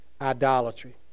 idolatry